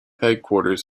headquarters